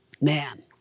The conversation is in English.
man